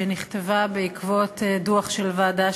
שנכתבה בעקבות דוח של ועדה,